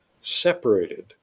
separated